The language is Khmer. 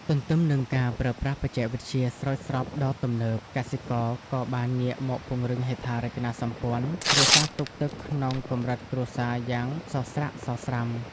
ទន្ទឹមនឹងការប្រើប្រាស់បច្ចេកវិទ្យាស្រោចស្រពដ៏ទំនើប កសិករក៏បានងាកមកពង្រឹងហេដ្ឋារចនាសម្ព័ន្ធរក្សាទុកទឹកក្នុងកម្រិតគ្រួសារយ៉ាងសស្រាក់សស្រាំ។